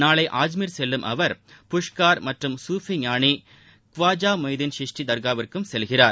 நாளை ஆஜ்மீர் செல்லும் அவர் புஷ்கார் மற்றும் சூஃபி ஞானி க்வாஜா மொய்னுதீன் சிஷ்டி தர்காவிற்கும் செல்கிறார்